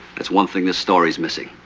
that's one thing this story's missing.